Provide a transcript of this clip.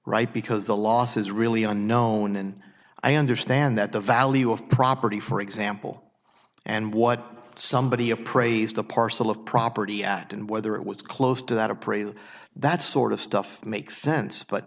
right because the loss is really unknown and i understand that the value of property for example and what somebody appraised a parcel of property at and whether it was close to that appraisal that sort of stuff makes sense but